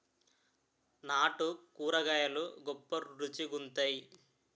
నాటు కూరగాయలు గొప్ప రుచి గుంత్తై